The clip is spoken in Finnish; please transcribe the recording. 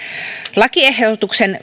lakiehdotuksen